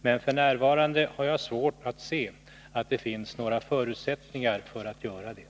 Men f. n. har jag svårt att se att det finns några förutsättningar för att göra det.